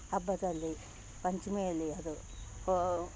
ಹಬ್ಬದಲ್ಲಿ ಪಂಚಮಿಯಲ್ಲಿ ಅದು ಹೋ